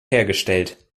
hergestellt